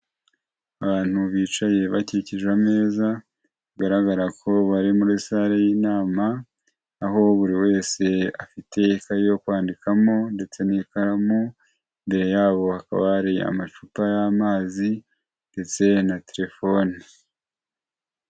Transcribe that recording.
Abantu bicaye bakikije ameza bigaragara ko bari muri sale y'inama, aho buri wese afite ikayi yo kwandikamo ndetse n'ikaramu, imbere yabo hakaba hari amacupa y'amazi ndetse na telefone.